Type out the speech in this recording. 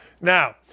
Now